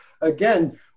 again